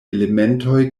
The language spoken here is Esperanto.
elementoj